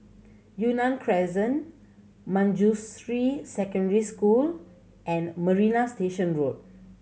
Yunnan Crescent Manjusri Secondary School and Marina Station Road